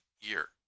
year